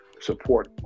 support